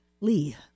Lee